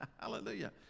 Hallelujah